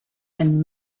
and